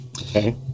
Okay